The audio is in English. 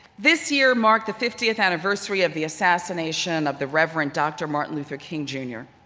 this year marked the fiftieth anniversary of the assassination of the reverend dr. martin luther king jr.